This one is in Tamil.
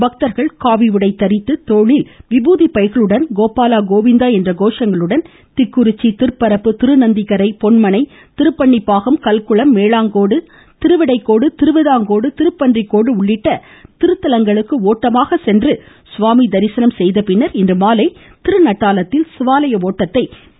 பக்தர்கள் காவி உடை தரித்து தோளில் விபூதி பைகளுடன் கோபாலா கோவிந்தா என்ற கோஷங்களுடன் திக்குறிச்சி திற்பரப்பு திருநந்திக்கரை பொன்மணை திருப்பன்னிபாகம் கல்குளம் மேலாங்கோடு திருவிடைக்கோடு திருவிதாங்கோடு திருப்பன்றிக்கோடு உள்ளிட்ட திருத்தலங்களுக்கு ஓட்டமாக சென்று சுவாமி தரிசனம் செய்தபின் இன்று மாலை திருநட்டாலத்தில் சிவாலய ஒட்டத்தை நிறைவு செய்கின்றனர்